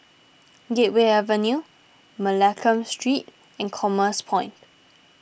Gateway Avenue Mccallum Street and Commerce Point